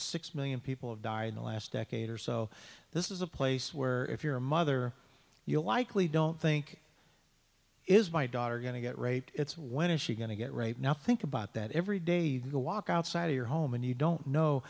six million people have died in the last decade or so this is a place where if you're a mother you likely don't think is my daughter going to get raped it's when is she going to get right now think about that every day the walk outside your home and you don't know